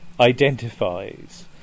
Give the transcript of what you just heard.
identifies